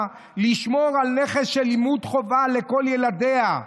לשמור על נכס של לימוד חובה לכל ילדיה,